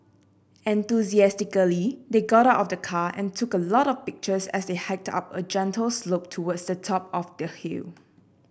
enthusiastically they got out of the car and took a lot of pictures as they hiked up a gentle slope towards the top of the hill